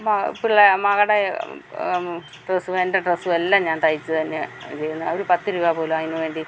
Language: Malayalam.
മ പിള്ളേ മകളുടെ ഡ്രസ്സും എന്റെ ഡ്രസ്സും എല്ലാം ഞാൻ തയ്ച്ച് തന്നെയാണ് ചെയ്യുന്നത് അത് പത്ത് രൂപ പോലും അതിന് വേണ്ടി